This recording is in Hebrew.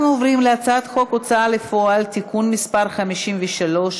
אנחנו עוברים להצעת חוק ההוצאה לפועל (תיקון מס' 53),